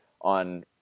on –